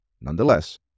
nonetheless